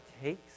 takes